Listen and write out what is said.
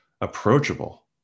approachable